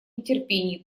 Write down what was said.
нетерпении